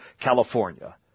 California